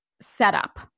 setup